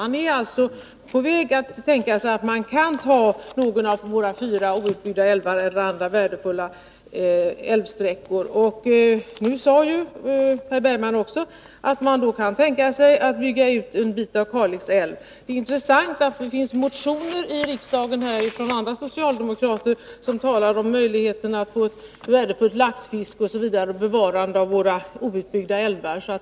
Man är alltså på väg i den riktningen att man skulle kunna tänka sig att ta några av våra fyra outbyggda älvar eller andra värdefulla älvsträckor. Nu sade Per Bergman också att socialdemokraterna kan tänka sig att bygga ut en bit av Kalix älv. Det intressanta är att det finns motioner i riksdagen från andra socialdemokrater, som talar om möjligheten att få ett värdefullt laxfiske och därmed ett bevarande av våra outbyggda älvar.